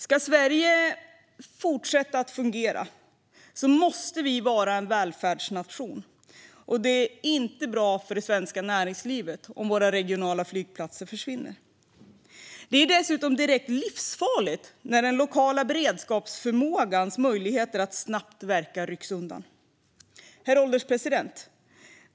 Ska Sverige fortsätta att fungera måste vi vara en välfärdsnation, och det är inte bra för det svenska näringslivet om våra regionala flygplatser försvinner. Det är dessutom direkt livsfarligt när den lokala beredskapsförmågans möjligheter att snabbt verka rycks undan. Herr ålderspresident!